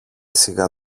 σιγά